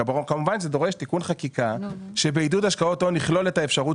כמובן שזה דורש תיקון חקיקה שבעידוד השקעות הון נכלול את האפשרות